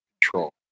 control